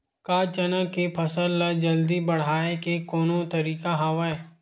का चना के फसल ल जल्दी बढ़ाये के कोनो तरीका हवय?